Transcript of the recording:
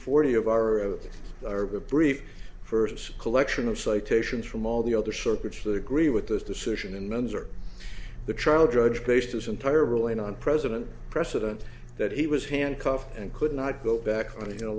forty of our of or brief first collection of citations from all the other circuits that agree with this decision in men's or the trial judge based his entire ruling on president precedent that he was handcuffed and could not go back on you know